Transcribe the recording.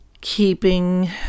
keeping